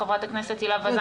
חברת הכנסת הילה וזאן,